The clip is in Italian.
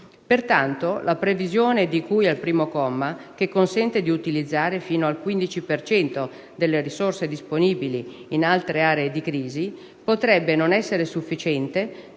Pertanto, la previsione di cui al primo comma, che consente di utilizzare fino al 15 per cento delle risorse disponibili in altre aree di crisi, potrebbe non essere sufficiente